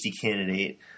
candidate